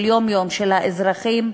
של יום-יום של האזרחים,